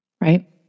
right